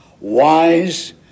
wise